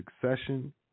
succession